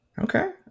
Okay